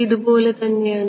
ഇതുപോലെ തന്നെയാണ്